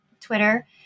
Twitter